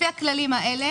לפי הכללים האלה,